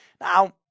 Now